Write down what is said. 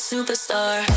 Superstar